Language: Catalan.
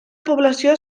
població